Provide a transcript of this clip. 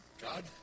God